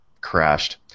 crashed